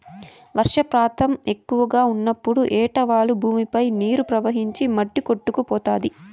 వర్షపాతం ఎక్కువగా ఉన్నప్పుడు ఏటవాలు భూమిపై నీరు ప్రవహించి మట్టి కొట్టుకుపోతాది